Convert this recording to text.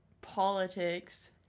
politics